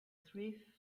three